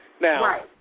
Now